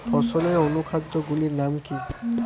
ফসলের অনুখাদ্য গুলির নাম কি?